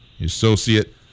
Associate